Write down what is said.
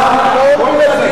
לצערך, הם לא אומרים את זה.